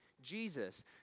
Jesus